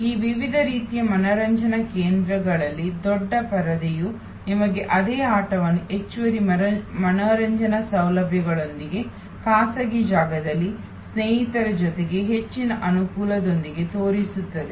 ಈ ವಿವಿಧ ರೀತಿಯ ಮನರಂಜನಾ ಕೇಂದ್ರಗಳಲ್ಲಿದೊಡ್ಡ ಪರದೆಯು ನಿಮಗೆ ಅದೇ ಆಟವನ್ನು ಹೆಚ್ಚುವರಿ ಮನರಂಜನಾ ಸೌಲಭ್ಯಗಳೊಂದಿಗೆ ಖಾಸಗಿ ಜಾಗದಲ್ಲಿ ಸ್ನೇಹಿತರ ಜೊತೆಗೆ ಹೆಚ್ಚಿನ ಅನುಕೂಲದೊಂದಿಗೆ ತೋರಿಸುತ್ತದೆ